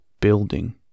building